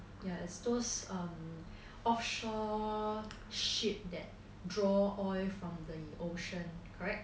err is those err offshore ship that draw oil from the ocean correct